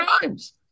times